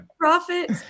profit